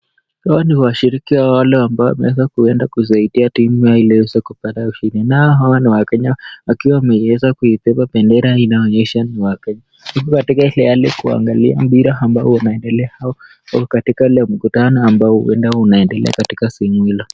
Hao ni wshiriki wale ambao wameweza kusaidia timu ileaweze pupata ushindi. Nao hawa ni wakenya wakiwa wameweza kubeba bendera inaonyesha ni wakenya, kuangalia mpira ambao wanaangalia au wako katika mkutano ambao inaendelea katika sehemu hilo.